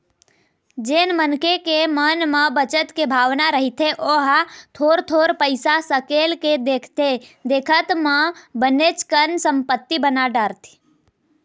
जेन मनखे के मन म बचत के भावना रहिथे ओहा थोर थोर पइसा सकेल के देखथे देखत म बनेच कन संपत्ति बना डारथे